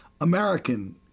American